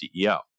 CEO